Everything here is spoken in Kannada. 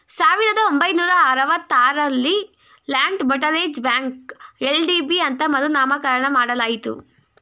ಸಾವಿರದ ಒಂಬೈನೂರ ಅರವತ್ತ ಆರಲ್ಲಿ ಲ್ಯಾಂಡ್ ಮೋಟರೇಜ್ ಬ್ಯಾಂಕ ಎಲ್.ಡಿ.ಬಿ ಅಂತ ಮರು ನಾಮಕರಣ ಮಾಡಲಾಯಿತು